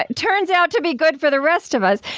ah turns out to be good for the rest of us.